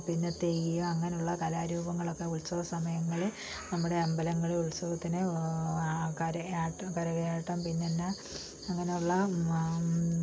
പിന്നെ തെയ്യം അങ്ങനെയുള്ള കലാരൂപങ്ങളൊക്കെ ഉത്സവ സമയങ്ങളിൽ നമ്മുടെ അമ്പലങ്ങളിൽ ഉത്സവത്തിന് കരയാട്ടം പിറവിയാട്ടം പിന്നെ എന്നാ അങ്ങനെയുള്ള